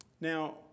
Now